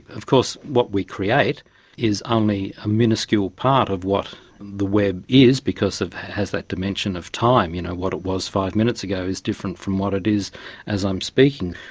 of course, what we create is only a minuscule part of what the web is because it has that dimension of time, you know, what it was five minutes ago is different from what it is as i'm speaking.